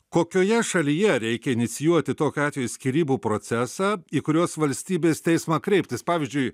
kokioje šalyje reikia inicijuoti tokiu atveju skyrybų procesą į kurios valstybės teismą kreiptis pavyzdžiui